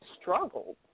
struggled